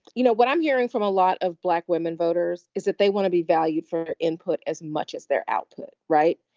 you know, what i'm hearing from a lot of black women voters is that they want to be valued for input as much as their output. right.